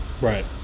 Right